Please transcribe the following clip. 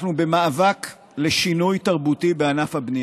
אנחנו במאבק לשינוי תרבותי בענף הבנייה,